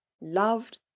loved